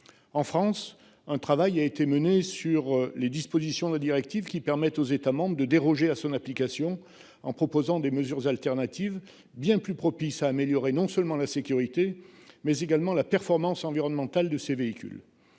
en France un travail a été menée sur les dispositions de la directive qui permet aux États membres de déroger à son application en proposant des mesures alternatives bien plus propice à améliorer non seulement la sécurité mais également la performance environnementale de ces véhicules.